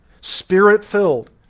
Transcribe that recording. spirit-filled